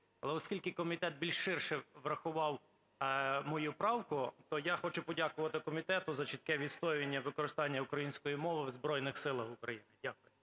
оскільки комітет більш ширше врахував мою правку, то я хочу подякувати комітету за чітке відстоювання використання української мови в Збройних Силах України. Дякую.